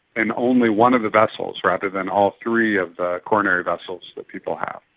and only one of the vessels rather than all three of the coronary vessels that people have,